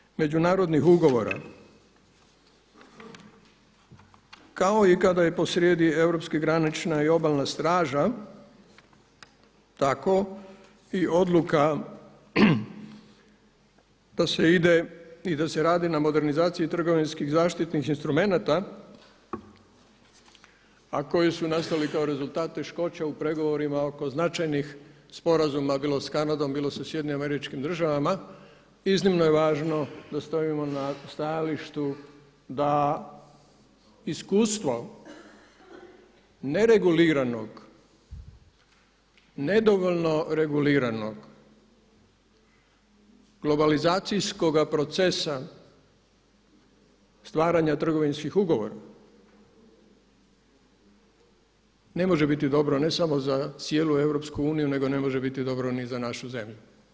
Što se tiče međunarodnih ugovora, kao i kada je posrijedi Europska granična i obalna straža tako i odluka da se ide i da se radi na modernizaciji trgovinskih zaštitnih instrumenata, a koje su nastali kao rezultati teškoća u pregovorima oko značajnih sporazuma bilo s Kanadom, bilo sa SAD-om, iznimno je važno da stojimo na stajalištu da iskustvo ne regulirano, nedovoljno reguliranog globalizacijskoga procesa stvaranja trgovinskih ugovora ne može biti dobro ne samo za cijelu EU nego ne može biti dobro ni za našu zemlju.